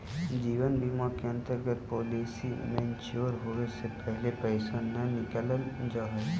जीवन बीमा के अंतर्गत पॉलिसी मैच्योर होवे के पहिले पैसा न नकालल जाऽ हई